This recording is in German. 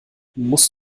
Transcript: musst